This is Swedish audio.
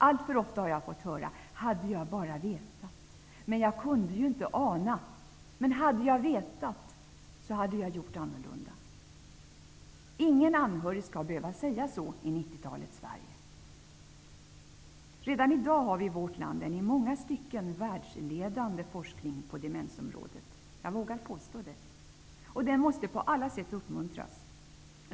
Alltför ofta har jag fått höra: Hade jag bara vetat, så hade jag gjort annorlunda, men jag kunde ju inte ana... Ingen anhörig skall behöva säga så i 90-talets Sverige. Jag vågar påstå att vi i vårt land har en i många stycken världsledande forskning på demensområdet. Den måste på alla sätt uppmuntras.